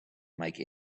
make